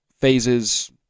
phases